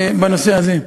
בנושא הזה.